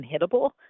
unhittable